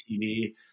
TV